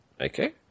Okay